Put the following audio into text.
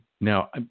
Now